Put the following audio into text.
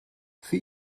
für